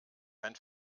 ein